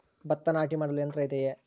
ಭತ್ತ ನಾಟಿ ಮಾಡಲು ಯಂತ್ರ ಇದೆಯೇ?